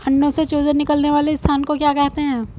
अंडों से चूजे निकलने वाले स्थान को क्या कहते हैं?